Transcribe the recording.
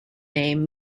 name